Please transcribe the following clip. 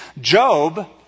Job